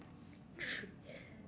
thr~